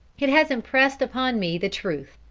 it has impressed upon me the truth,